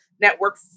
Network